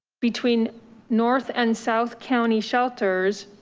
between north and south county shelters.